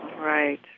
Right